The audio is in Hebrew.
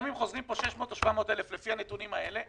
גם אם חוזרים פה 600,000 או 700,000 לפי הנתונים האלה,